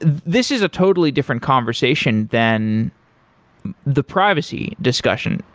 this is a totally different conversation than the privacy discussion.